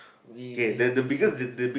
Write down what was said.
we we had acutally